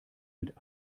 mit